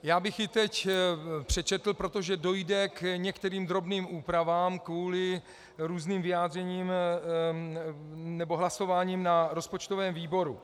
Já bych ji teď přečetl, protože dojde k některým drobným úpravám kvůli různým vyjádřením nebo hlasováním na rozpočtovém výboru.